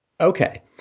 okay